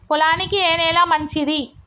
పొలానికి ఏ నేల మంచిది?